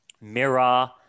Mirror